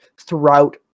throughout